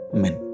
men